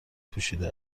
پوشیده